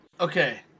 Okay